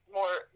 More